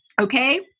okay